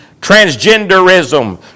transgenderism